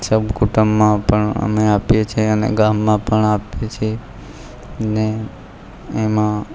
સહકુટુંબમાં પણ અમે આપીએ છીએ અને ગામમાં પણ આપીએ છીએ ને એમાં